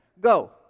go